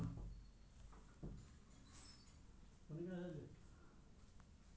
बाजारक अक्षमताक कारण आर्बिट्रेजक अवसर उत्पन्न होइ छै